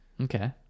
okay